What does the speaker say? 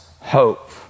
hope